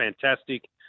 fantastic